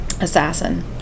assassin